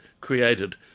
created